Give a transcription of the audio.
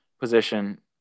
position